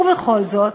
ובכל זאת,